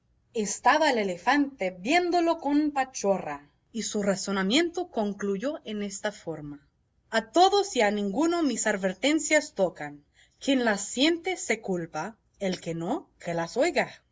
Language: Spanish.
estaba el elefante viéndolo con pachorra y su razonamiento concluyó en esta forma a todos y a ninguno mis advertencias tocan quien las siente se culpa el que no que las oiga